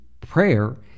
prayer